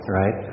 right